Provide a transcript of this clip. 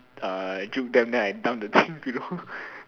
uh dupe them then I dump the team below